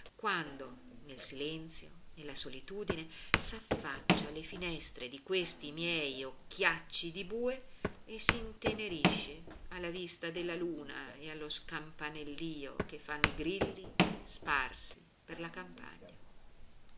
quando nel silenzio nella solitudine s'affaccia alle finestre di questi miei occhiacci di bue e s'intenerisce alla vista della luna e allo scampanellio che fanno i grilli sparsi per la campagna